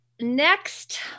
next